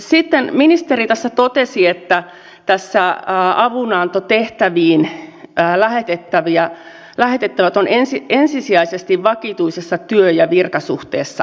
sitten ministeri tässä totesi että avunantotehtäviin lähetettävät ovat ensisijaisesti vakituisessa työ ja virkasuhteessa olevia